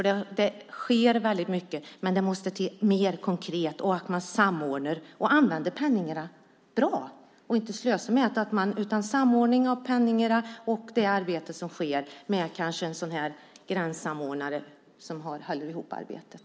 Det sker mycket, men det måste bli mer konkret och samordnas. Pengarna ska användas bra och inte slösas. Och pengarna och arbetet ska samordnas, kanske med en gränssamordnare som håller ihop arbetet.